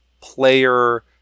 player